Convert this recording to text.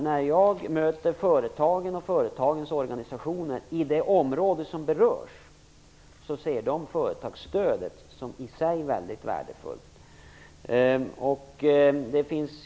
När jag möter företagen och deras organisationer i det område som berörs ser de företagsstödet som i sig väldigt värdefullt.